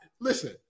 listen